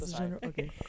Okay